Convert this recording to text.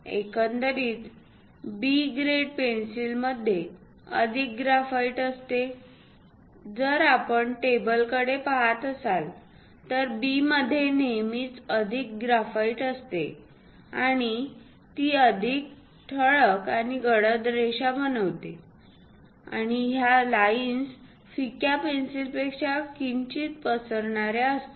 एकंदरीत B grade पेन्सिलमध्ये अधिक ग्रेफाइट असते जर आपण टेबलकडे पहात असाल तर B मध्ये नेहमीच अधिक ग्रेफाइट असते आणि ती अधिक ठळक आणि गडद रेखा बनवते आणि ह्या लाईन्स फिक्या पेन्सिल पेक्षा किंचित पसरणाऱ्या असतात